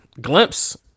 glimpse